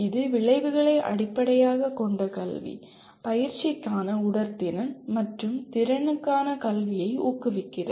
இது விளைவுகளை அடிப்படையாகக் கொண்ட கல்வி பயிற்சிக்கான உடற்திறன் மற்றும் திறனுக்கான கல்வியை ஊக்குவிக்கிறது